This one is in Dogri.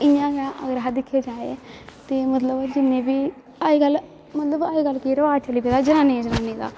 इ'यां गै अगर अस दिक्खेआ जाए ते मतलब जि'न्ने बी अज्जकल मतलब अज्जकल केह् रवाज चली पेदा जनानियें जनानियें दा